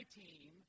team